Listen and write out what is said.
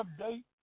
update